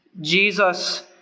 Jesus